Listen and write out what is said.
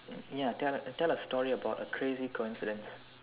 ya tell tell a story about a crazy coincidence